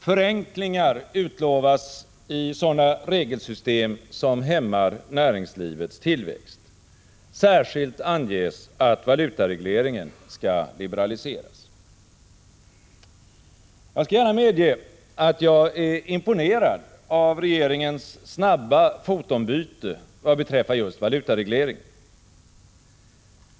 Förenklingar utlovas i sådana regelsystem som hämmar näringslivets tillväxt. Särskilt anges att valutaregleringen skall liberaliseras. Jag skall gärna medge att jag är imponerad av regeringens snabba fotombyte vad beträffar just valutaregleringen.